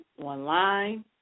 online